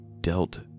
dealt